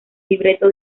libreto